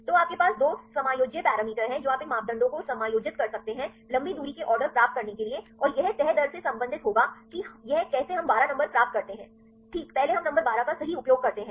तो आपके पास 2 समायोज्य पैरामीटर हैं जो आप इन मापदंडों को समायोजित कर सकते हैं लंबी दूरी के ऑर्डर प्राप्त करने के लिए और यह तह दर से संबंधित होगा कि यह कैसे हम 12 नंबर प्राप्त करते हैं ठीक पहले हम नंबर 12 का सही उपयोग करते हैं